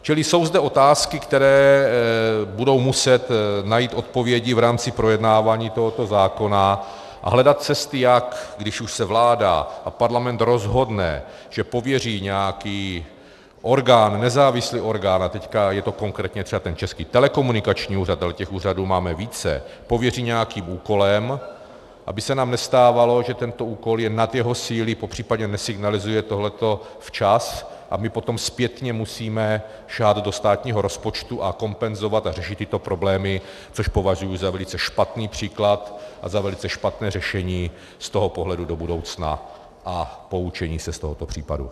Čili jsou zde otázky, které budou muset najít odpovědi v rámci projednávání tohoto zákona, a hledat cesty, jak, když už se vláda a parlament rozhodne, že pověří nějaký orgán, nezávislý orgán, teď je to konkrétně třeba ten Český telekomunikační úřad, ale těch úřadů máme více, pověří nějakým úkolem, aby se nám nestávalo, že ten úkol je nad jeho síly, popř. nesignalizuje tohleto včas a my potom zpětně musíme sahat do státního rozpočtu a kompenzovat a řešit tyto problémy, což považuji za velice špatný příklad a za velice špatné řešení z toho pohledu do budoucna a poučení se z tohoto případu.